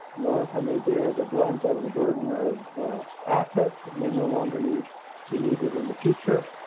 nor can they bear the brunt of the burden of assets? they no longer need we need it in the future